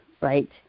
right